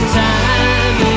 time